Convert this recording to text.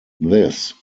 this